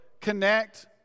connect